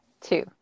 Two